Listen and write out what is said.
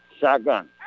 Shotgun